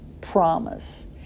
promise